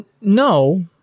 no